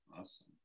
Awesome